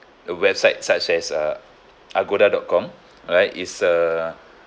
a website such as uh agoda dot com alright is a